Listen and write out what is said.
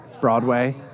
Broadway